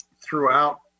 throughout